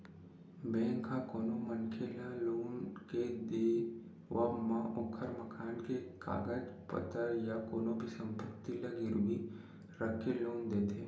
bank ह कोनो मनखे ल लोन के देवब म ओखर मकान के कागज पतर या कोनो भी संपत्ति ल गिरवी रखके लोन देथे